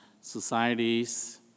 societies